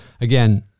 again